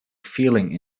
feeling